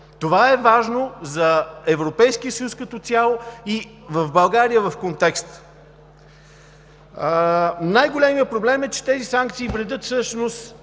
Това е важно за Европейския съюз като цяло и в България в контекст! Най-големият проблем е, че тези санкции вредят всъщност